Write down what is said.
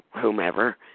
whomever